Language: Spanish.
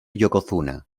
yokozuna